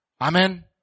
Amen